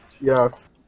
Yes